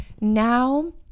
Now